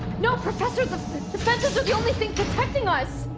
no professor! the fences are the only things protecting us!